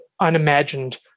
unimagined